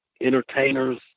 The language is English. entertainers